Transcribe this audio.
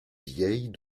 vieilles